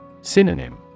Synonym